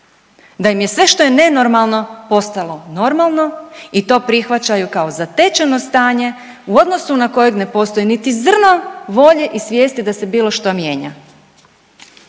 da im je sve što je nenormalno postalo normalno i to prihvaćaju kao zatečeno stanje u odnosu na kojeg ne postoji niti zrno volje i svijesti da se bilo što mijenja.